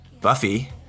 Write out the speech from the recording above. Buffy